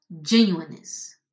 genuineness